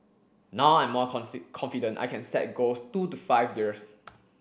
now I'm more confident I can set goals two to five years